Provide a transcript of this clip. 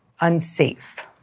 unsafe